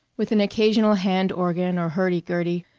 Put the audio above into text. with an occasional hand organ or hurdy-gurdy,